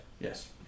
Yes